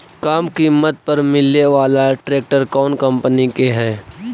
कम किमत पर मिले बाला ट्रैक्टर कौन कंपनी के है?